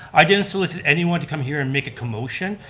i didn't solicit anyone to come here and make a commotion.